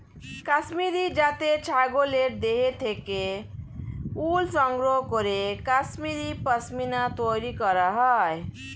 কাশ্মীরি জাতের ছাগলের দেহ থেকে উল সংগ্রহ করে কাশ্মীরি পশ্মিনা তৈরি করা হয়